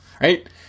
right